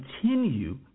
continue